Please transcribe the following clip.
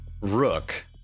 Rook